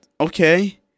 okay